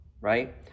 right